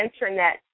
Internet